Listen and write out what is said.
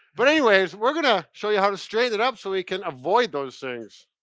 but, anyways, we're gonna show you how to straighten it up so we can avoid those things.